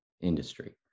industry